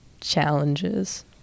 challenges